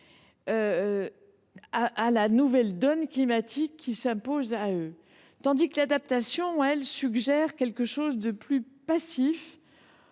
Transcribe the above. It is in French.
à la nouvelle donne climatique qui s’impose à eux. L’adaptation, quant à elle, suggère quelque chose de plus passif